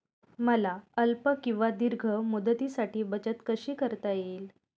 मला अल्प किंवा दीर्घ मुदतीसाठी बचत कशी करता येईल?